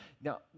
Now